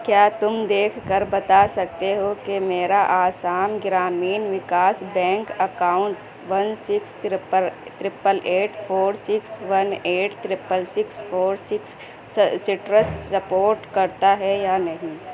کیا تم دیکھ کر بتا سکتے ہو کہ میرا Assam Gramin Vikas bank accounts one six triple triple eight four six one eight triple six four six سٹرس سرپورٹ کرتا ہے یا نہیں